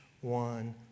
one